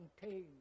contained